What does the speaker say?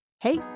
Hey